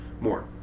more